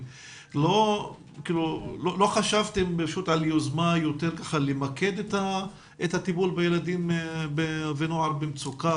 בנושא לא חשבתם על יוזמה למקד את הטיפול בילדים ונוער במצוקה?